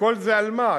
וכל זה על מה?